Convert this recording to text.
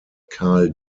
karl